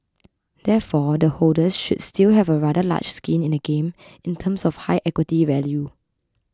therefore the holders should still have a rather large skin in the game in terms of high equity value